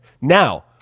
Now